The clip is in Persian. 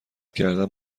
کردن